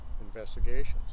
investigations